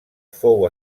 fou